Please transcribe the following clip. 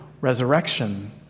resurrection